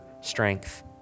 strength